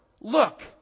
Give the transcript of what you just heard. Look